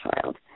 child